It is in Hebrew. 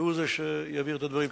והוא שיעביר את הדברים.